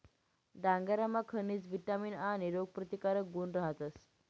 डांगरमा खनिज, विटामीन आणि रोगप्रतिकारक गुण रहातस